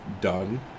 done